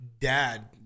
dad